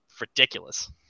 ridiculous